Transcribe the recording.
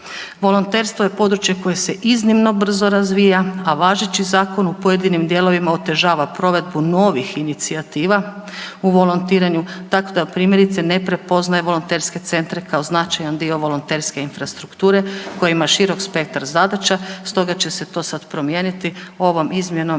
Volonterstvo je područje koje se iznimno brzo razvija, a važeći zakon u pojedinim dijelovima otežava provedbu novih inicijativa u volontiranju tako da primjerice ne prepoznaje volonterske centre kao značajan dio volonterske infrastrukture koji ima širok spektar zadaća stoga će se to sad promijeniti ovom izmjenom